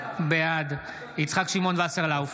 בעד יצחק שמעון וסרלאוף,